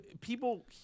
people